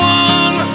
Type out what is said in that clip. one